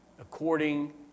according